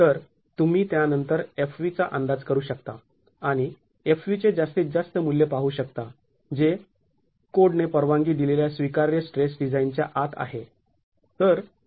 तर तुम्ही त्यानंतर Fv चा अंदाज करू शकता आणि Fv चे जास्तीत जास्त मूल्य पाहू शकता जे कोड्स् ने परवानगी दिलेल्या स्वीकार्य स्ट्रेस डिझाईनच्या आत आहे